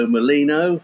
Molino